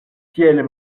tiel